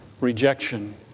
rejection